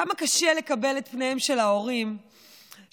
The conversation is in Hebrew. כמה קשה לקבל את פניהם של ההורים שמגיעים